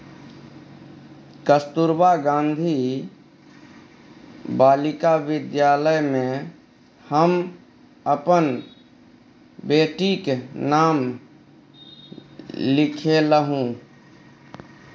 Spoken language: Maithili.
कस्तूरबा गांधी बालिका विद्यालय मे हम अपन बेटीक नाम लिखेलहुँ